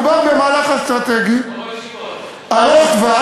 מדובר במהלך אסטרטגי ארוך-טווח,